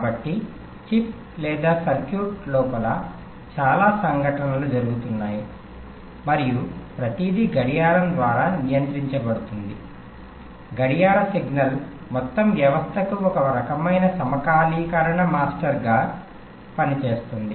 కాబట్టి చిప్ లేదా సర్క్యూట్ లోపల చాలా సంఘటనలు జరుగుతున్నాయి మరియు ప్రతీది గడియారం ద్వారా నియంత్రించబడుతుంది గడియార సిగ్నల్ మొత్తం వ్యవస్థకు ఒక రకమైన సమకాలీకరణ మాస్టర్గా పనిచేస్తుంది